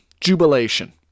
jubilation